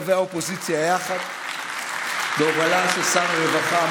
היא הורידה את מספר הרציחות,